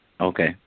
Okay